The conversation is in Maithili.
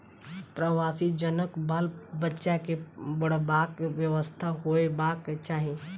प्रवासी जनक बाल बच्चा के पढ़बाक व्यवस्था होयबाक चाही